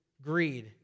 greed